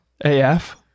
AF